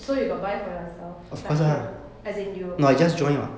so you got buy for yourself like here as in you